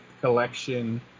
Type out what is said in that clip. collection